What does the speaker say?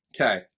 Okay